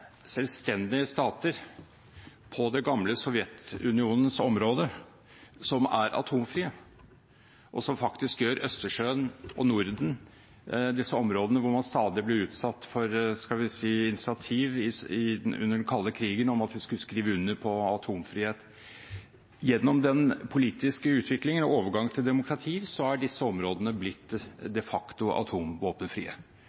selvstendige stater på den gamle Sovjetunionens område som er atomvåpenfrie, og som faktisk gjør Østersjøen og Norden – disse områdene hvor man stadig ble utsatt for initiativ under den kalde krigen om at man skulle skrive under på atomvåpenfrihet – atomvåpenfrie. Gjennom den politiske utviklingen og overgangen til demokrati har disse områdene blitt